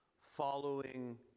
following